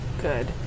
good